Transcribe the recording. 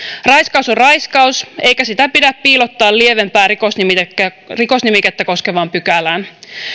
raiskaus on raiskaus eikä sitä pidä piilottaa lievempää rikosnimikettä rikosnimikettä koskevaan pykälään